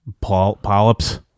polyps